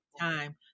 time